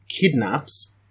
kidnaps